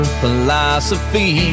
philosophy